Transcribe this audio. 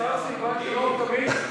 השר סילבן שלום תמיד,